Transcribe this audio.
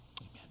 Amen